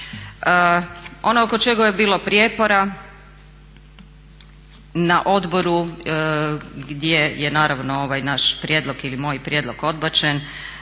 Ono oko čega je bilo prijepora na Odboru gdje je naravno ovaj naš prijedlog ili moj prijedlog odbačen